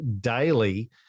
daily